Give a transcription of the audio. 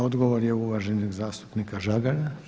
Odgovor je uvaženog zastupnika Žagara?